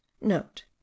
note